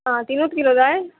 आं तिनूत किलो जाय